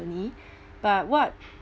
company but what